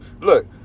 Look